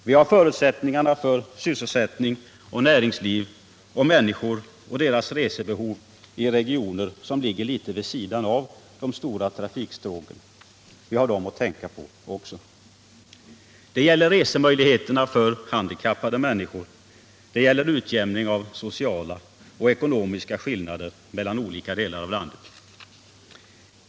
Vi har förutsättningarna för sysselsättning och näringsliv och människor och deras resebehov i regioner som ligger litet vid sidan av de stora trafikstråken att tänka på också. Det gäller resemöjligheterna för handikappade människor. Det gäller utjämning av sociala och ekonomiska skillnader mellan olika delar av landet.